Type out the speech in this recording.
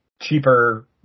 cheaper